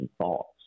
thoughts